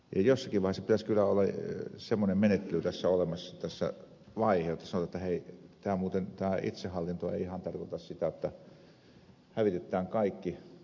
jossakin vaiheessa pitäisi kyllä olla semmoinen menettely tässä olemassa vaihe jotta sanotaan että hei tämä itsehallinto muuten ei ihan tarkoita sitä että hävitetään kaikki